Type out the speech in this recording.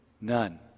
none